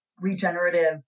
regenerative